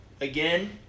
Again